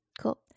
Cool